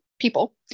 People